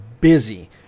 busy